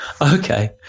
Okay